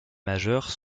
majeurs